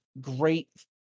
great